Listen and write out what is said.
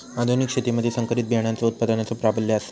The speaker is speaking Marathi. आधुनिक शेतीमधि संकरित बियाणांचो उत्पादनाचो प्राबल्य आसा